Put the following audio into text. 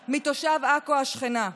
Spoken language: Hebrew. שלושה מתושב עכו השכנה.